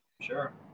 Sure